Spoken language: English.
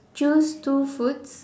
choose two foods